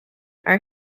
are